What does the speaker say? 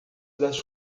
das